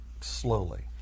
slowly